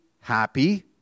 happy